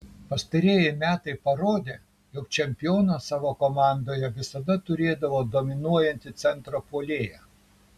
pastarieji metai parodė jog čempionas savo komandoje visada turėdavo dominuojantį centro puolėją